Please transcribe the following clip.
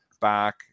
back